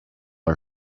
our